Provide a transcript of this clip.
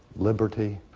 liberty